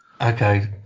Okay